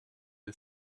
est